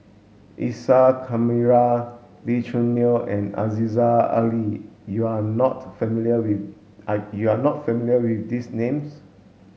Isa Kamari Lee Choo Neo and Aziza Ali you are not familiar with are you are not familiar with these names